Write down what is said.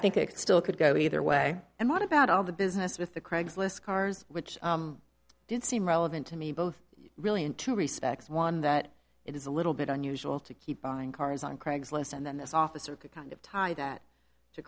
think it still could go either way and what about all the business with the craigslist cars which did seem relevant to me both really in two respects one that it is a little bit unusual to keep buying cars on craig's list and then this officer could kind of tie that to